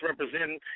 representing